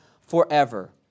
forever